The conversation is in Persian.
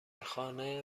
خانه